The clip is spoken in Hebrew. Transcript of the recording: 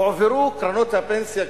הועברו קרנות הפנסיה,